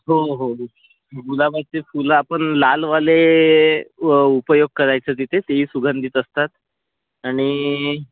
हो हो गुलाबाची फुलं आपण लालवाले उपयोग करायचं तिथे तेही सुगंधित असतात आणि